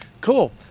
cool